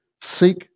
seek